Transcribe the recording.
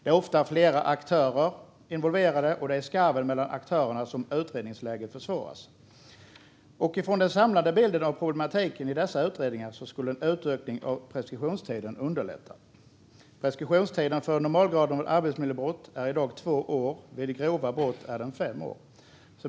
Det är ofta flera aktörer involverade, och det är i skarven mellan aktörerna som utredningsläget försvåras. Den samlade bilden av problematiken i dessa utredningar visar att en utökning av preskriptionstiden skulle underlätta. Preskriptionstiden för arbetsmiljöbrott av normalgraden är i dag två år, och vid grova brott är den fem år.